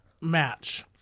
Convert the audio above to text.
match